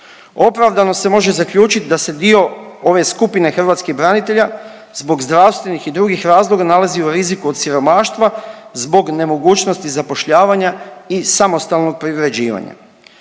Opravdano se može zaključit da se dio ove skupine hrvatskih branitelja zbog zdravstvenih i drugih razloga nalazi u riziku od siromaštva zbog nemogućnosti zapošljavanja i samostalnog privređivanja.